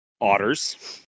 otters